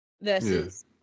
versus